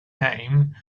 name